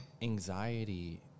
anxiety